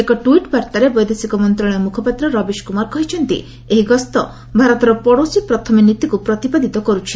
ଏକ ଟ୍ୱିଟ୍ ବାର୍ତ୍ତାରେ ବୈଦେଶିକ ମନ୍ତ୍ରଣାଳୟ ମ୍ରଖପାତ୍ର ରବୀଶ କ୍ରମାର କହିଛନ୍ତି ଏହି ଗସ୍ତ ଭାରତର ପଡ଼ୋଶୀ ପ୍ରଥମେ ନୀତି କୁ ପ୍ରତିପାଦିତ କରୁଛି